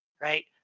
right